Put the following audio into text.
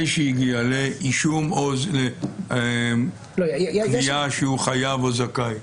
שהגיע לאישום או לקביעה שהוא חייב או זכאי.